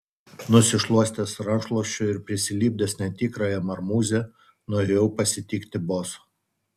nusišluostęs rankšluosčiu ir prisilipdęs netikrąją marmūzę nuėjau pasitikti boso